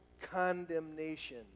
condemnation